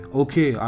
okay